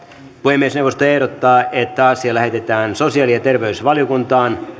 puhemiesneuvosto ehdottaa että asia lähetetään sosiaali ja terveysvaliokuntaan